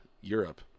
Europe